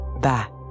back